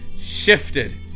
shifted